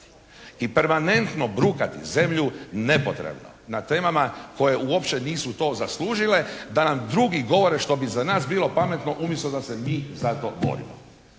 I permanentno brukati zemlju nepotrebno na temama koje uopće nisu to zaslužile da nam drugi govore što bi za nas bilo pametno umjesto da se mi za to borimo.